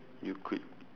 you could